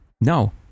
No